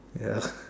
ya